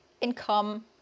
Income